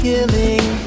Killing